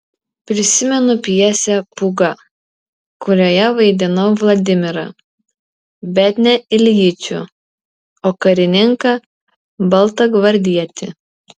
prisimenu pjesę pūga kurioje vaidinau vladimirą bet ne iljičių o karininką baltagvardietį